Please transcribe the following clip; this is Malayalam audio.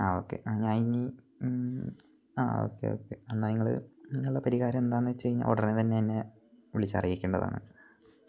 ആ ഓക്കെ ഞാൻ ഇനി ആ ഓക്കെ ഓക്കെ എന്നാ നിങ്ങൾ നിങ്ങളുടെ പരിഹാരം എന്താന്ന് വെച്ച് കഴിഞ്ഞാൽ ഉടനെ തന്നെ എന്നെ വിളിച്ചറിയിക്കേണ്ടതാണ്